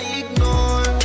ignore